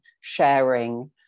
sharing